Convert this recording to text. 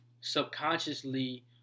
subconsciously